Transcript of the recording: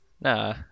Nah